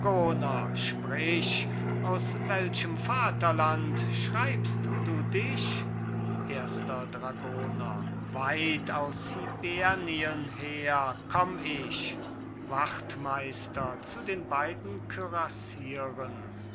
sprich aus welchem vaterland schreibst du dich erster dragoner weit aus hibernien her komm ich wachtmeister zu den beiden